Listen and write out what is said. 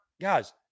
guys